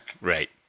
Right